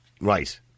Right